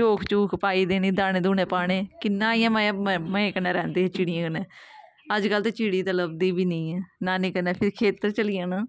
चोग चूग पाई देनी दाने दूने पाने किन्ना इ'यां मजे मजे कन्नै रैंह्दे हे चिड़ियें कन्नै अज्ज कल ते चिड़ी ते लभदी बी निं ऐ नानी कन्नै फिर खेत्तर चली जाना